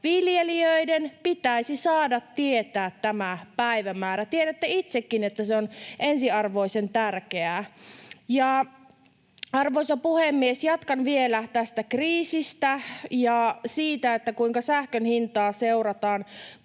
Viljelijöiden pitäisi saada tietää tämä päivämäärä. Tiedätte itsekin, että se on ensiarvoisen tärkeää. Arvoisa puhemies! Jatkan vielä tästä kriisistä ja siitä, kuinka sähkönhintaa seurataan